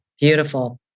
Beautiful